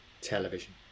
television